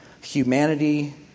humanity